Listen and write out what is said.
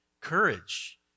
courage